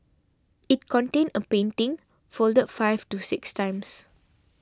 it contained a painting folded five to six times